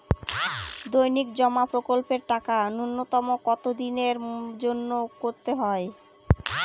দৈনিক জমা প্রকল্পের টাকা নূন্যতম কত দিনের জন্য করতে হয়?